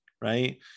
right